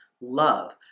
Love